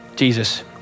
Jesus